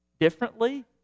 differently